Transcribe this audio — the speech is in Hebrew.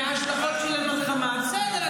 מההשלכות של המלחמה, בסדר.